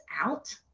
out